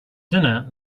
dinner